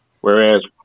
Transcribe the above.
Whereas